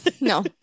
no